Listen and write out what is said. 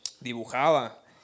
dibujaba